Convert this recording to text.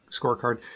Scorecard